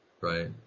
Right